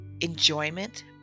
enjoyment